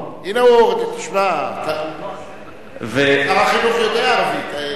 תשמע, שר החינוך יודע ערבית.